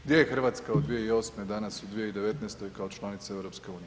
Gdje je Hrvatska od 2008. danas u 2019. kao članica EU?